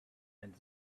and